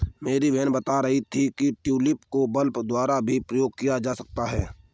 मेरी बहन बता रही थी कि ट्यूलिप को बल्ब द्वारा भी उगाया जा सकता है